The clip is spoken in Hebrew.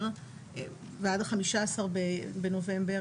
בנובמבר ועד ה-15 בנובמבר,